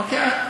אוקיי.